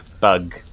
bug